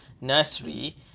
nursery